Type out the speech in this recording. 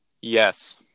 Yes